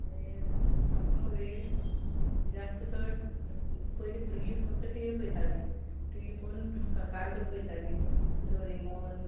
आपलो वेळ जास्त चड पयलीं भुरगीं फक्त टि वी पयतालीं टि वी पळोवन म्हाका कार्टून पळयताली डोरेमोन